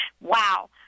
Wow